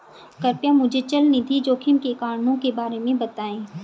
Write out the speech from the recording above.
कृपया मुझे चल निधि जोखिम के कारणों के बारे में बताएं